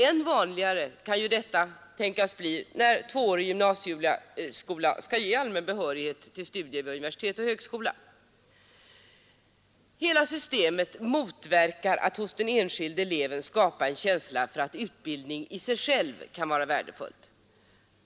Än vanligare kan detta tänkas bli när gymnasieskolan skall ge allmän behörighet till studier vid universitet och högskolor. Hela systemet motverkar att hos den enskilde eleven skapa en känsla för att utbildning i sig själv kan vara värdefull.